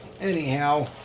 Anyhow